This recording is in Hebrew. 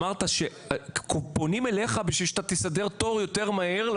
אמרת שפונים אלייך כדי שתסדר תור יותר מהר,